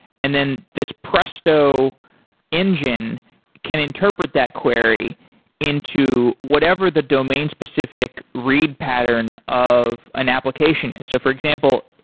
and then this presto engine can interpret that query into whatever the domain-specific read pattern of an application is. so for example,